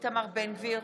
איתמר בן גביר